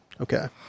okay